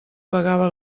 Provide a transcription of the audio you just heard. pagava